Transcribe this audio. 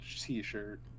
t-shirt